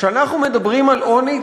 כשאנחנו מדברים על עוני,